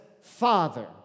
Father